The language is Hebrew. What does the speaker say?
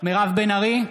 מירב בן ארי,